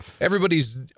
everybody's